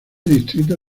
distrito